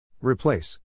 Replace